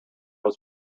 was